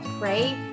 Pray